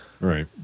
Right